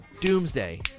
Doomsday